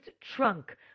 trunk